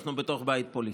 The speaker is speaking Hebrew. אנחנו בתוך בית פוליטי.